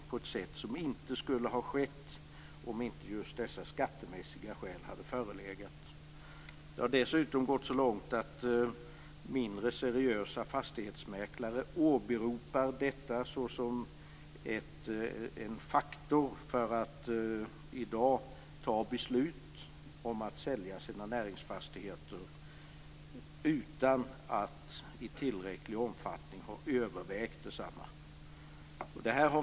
Det gäller fastigheter som inte skulle försäljas om inte just dessa skattemässiga skäl hade förelegat. Det har dessutom gått så långt att mindre seriösa fastighetsmäklare åberopar detta som en faktor för att man i dag skall fatta beslut om att sälja sin näringsfastighet utan att man i tillräcklig omfattning har övervägt det.